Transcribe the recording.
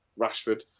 Rashford